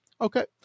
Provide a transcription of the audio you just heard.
Okay